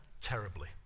Terribly